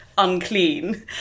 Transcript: unclean